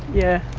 yeah.